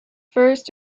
first